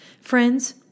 Friends